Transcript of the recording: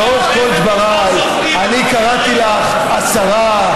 לאורך כל דבריי אני קראתי לך השרה,